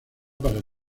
para